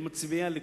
את מצביעי הליכוד: